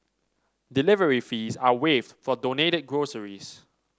delivery fees are waived for donated groceries